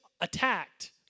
attacked